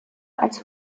als